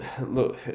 look